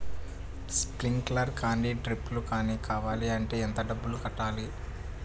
Sprinkler కానీ డ్రిప్లు కాని కావాలి అంటే ఎంత డబ్బులు కట్టాలి?